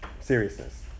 seriousness